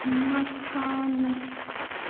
مکانہٕ